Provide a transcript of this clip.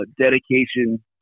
dedication